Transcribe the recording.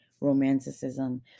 romanticism